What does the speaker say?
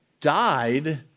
died